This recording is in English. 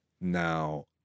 Now